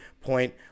point